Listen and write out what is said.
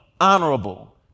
honorable